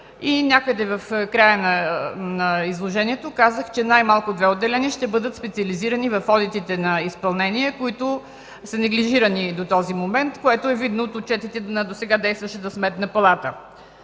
и някъде в края на изложението казах, че най-малко две отделения ще бъдат специализирани в одитите на изпълнение, които са неглижирани до този момент, което е видно от отчетите на досега действащата Сметна палата.